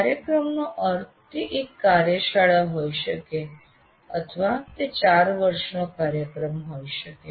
કાર્યક્રમનો અર્થ તે એક કાર્યશાળા હોઈ શકે અથવા તે 4 વર્ષનો કાર્યક્રમ હોઈ શકે